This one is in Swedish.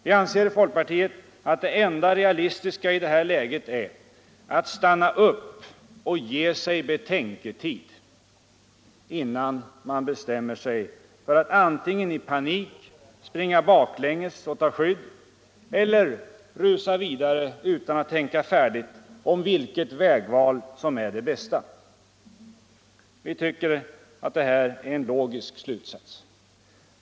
Vi anser i folkpartiet att det enda realistiska i detta läge är att stanna upp och ge sig betänketid, innan man bestämmer sig för att antingen i panik springa baklänges och ta skydd eller rusa vidare utan att tänka färdigt om vilket vägval som är det bästa. Vi tycker att detta är en logisk slutsats.